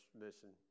listen